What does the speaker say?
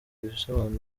abisobanura